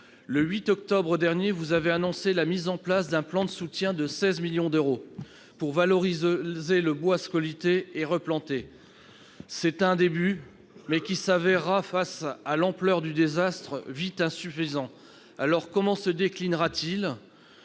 Le 8 octobre dernier, vous avez annoncé la mise en place d'un plan de soutien de 16 millions d'euros, pour valoriser le bois scolyté et replanter. C'est un début, mais, face à l'ampleur du désastre, cela s'avérera vite insuffisant. Comment ce plan se déclinera-t-il ?